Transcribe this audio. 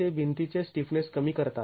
आणि ते भिंतीचे स्टिफनेस कमी करतात